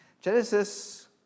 Genesis